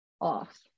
off